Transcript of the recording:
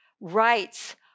rights